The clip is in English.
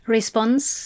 Response